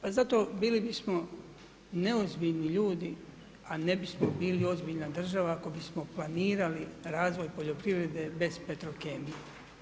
Pa zato bili bismo neozbiljni ljudi a ne bismo bili ozbiljna država ako bismo planirali razvoj poljoprivrede bez Petrokemije.